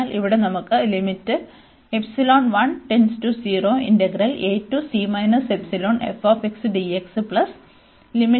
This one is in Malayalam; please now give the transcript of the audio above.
അതിനാൽ ഇവിടെ നമുക്ക്ഉണ്ട്